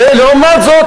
ולעומת זאת,